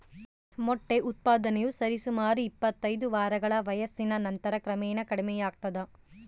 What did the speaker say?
ಮೊಟ್ಟೆ ಉತ್ಪಾದನೆಯು ಸರಿಸುಮಾರು ಇಪ್ಪತ್ತೈದು ವಾರಗಳ ವಯಸ್ಸಿನ ನಂತರ ಕ್ರಮೇಣ ಕಡಿಮೆಯಾಗ್ತದ